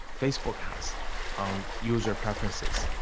facebook has on user preferences,